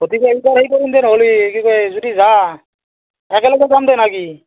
গতিকে এইবাৰ হেৰি কৰিম দে নহ'লে কি কয় যদি যাৱা একেলগে যাম দে না কি